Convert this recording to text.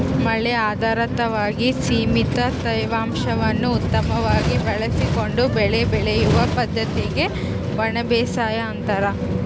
ಮಳೆ ಆಧಾರಿತವಾಗಿ ಸೀಮಿತ ತೇವಾಂಶವನ್ನು ಉತ್ತಮವಾಗಿ ಬಳಸಿಕೊಂಡು ಬೆಳೆ ಬೆಳೆಯುವ ಪದ್ದತಿಗೆ ಒಣಬೇಸಾಯ ಅಂತಾರ